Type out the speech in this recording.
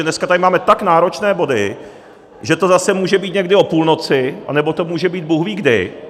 Dneska tady máme tak náročné body, že to zase může být někdy o půlnoci, anebo to může být bůhví kdy!